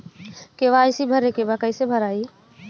KYC भरे के बा कइसे भराई?